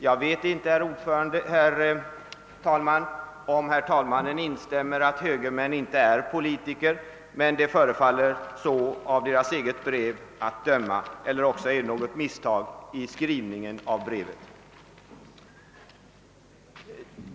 Jag vet inte om herr talmannen instämmer i att högermän inte är politiker, men att döma av deras eget brev är de inte det, eller också har det blivit något misstag vid utskrivningen av brevet.